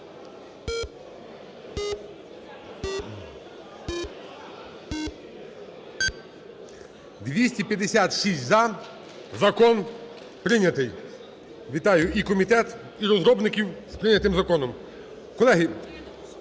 За-256 Закон прийнятий. Вітаю і комітет, і розробників з прийнятим законом! Колеги,